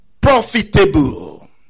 Profitable